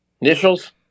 Initials